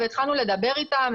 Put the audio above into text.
התחלנו לדבר איתם,